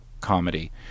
comedy